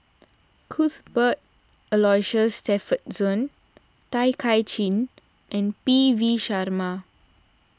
Cuthbert Aloysius Shepherdson Tay Kay Chin and P V Sharma